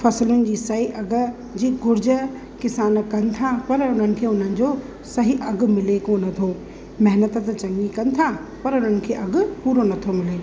फसलुनि जी सही अघु जी घुर्ज किसान कनि था पर उन्हनि खे उन्हनि जो सही अघु मिले कोन थो महिनत त चङी कनि था पर उन्हनि खे अघु पूरो नथो मिले